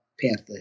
Panther